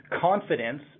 Confidence